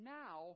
now